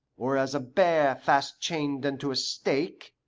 or as a bear fast chained unto a stake,